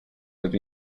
lived